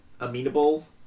amenable